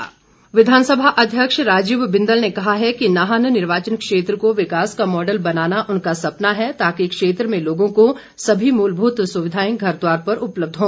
बिंदल विधानसभा अध्यक्ष राजीव बिंदल ने कहा है कि नाहन निर्वाचन क्षेत्र को विकास का मॉडल बनाना उनका सपना है ताकि क्षेत्र में लोगों को सभी मूलभूत सुविधाएं घर द्वार पर उपलब्ध हो